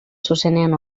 zuzenean